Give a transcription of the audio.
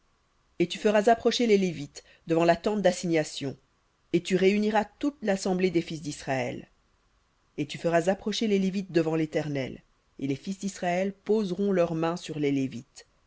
et tu feras approcher les lévites devant la tente d'assignation et tu réuniras toute l'assemblée des fils disraël et tu feras approcher les lévites devant l'éternel et les fils d'israël poseront leurs mains sur les lévites